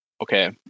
Okay